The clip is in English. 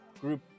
group